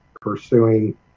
pursuing